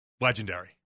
Legendary